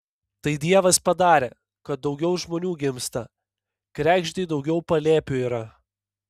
tai dievas padarė kad daugiau žmonių gimsta kregždei daugiau palėpių yra